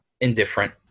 Indifferent